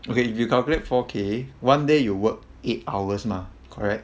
okay if you calculate four K one day you work eight hours mah correct